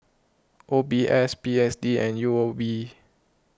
O B S P S D and U O B